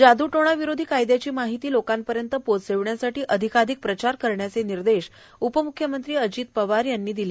जादूटोणाविरोधी कायदयाची माहिती लोकांपर्यंत पोहोचण्यासाठी अधिकाधिक प्रचार करण्याचे निर्देश उपमुख्यमंत्री अजित पवार यांनी दिले